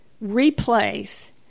replace